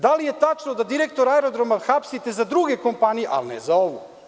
Da li je tačno da direktora aerodroma hapsite za druge kompanije, a ne za ovu.